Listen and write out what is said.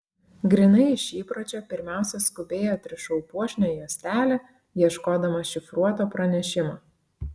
grynai iš įpročio pirmiausia skubiai atrišau puošnią juostelę ieškodama šifruoto pranešimo